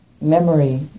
memory